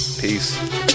Peace